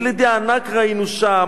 ילידי ענק ראינו שם,